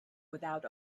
without